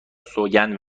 سوگند